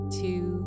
two